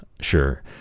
Sure